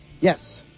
Yes